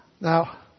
Now